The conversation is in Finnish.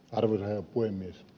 arvoisa herra puhemies